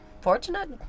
Fortunate